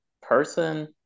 person